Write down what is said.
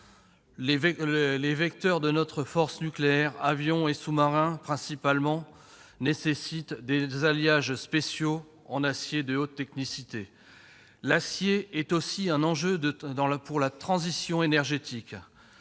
Les vecteurs de notre force nucléaire- avions et sous-marins principalement -nécessitent des alliages spéciaux en acier de haute technicité. L'acier est aussi un enjeu pour la transition énergétique.